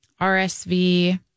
RSV